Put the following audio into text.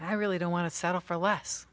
i really don't want to settle for less